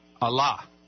Allah